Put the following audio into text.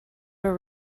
were